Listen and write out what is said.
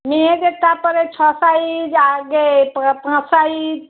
মেয়েদের তারপরে ছ সাইজ আগে প পাঁচ সাইজ